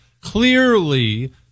Clearly